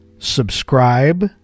subscribe